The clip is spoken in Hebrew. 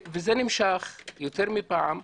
זה נמשך יותר מפעם.